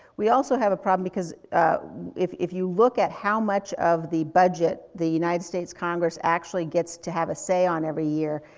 we also have a problem because if if you look at how much of the budget the united states congress actually gets to have a say on every year,